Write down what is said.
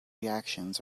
reactions